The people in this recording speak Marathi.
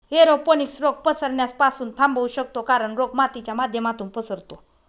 एरोपोनिक्स रोग पसरण्यास पासून थांबवू शकतो कारण, रोग मातीच्या माध्यमातून पसरतो